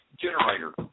generator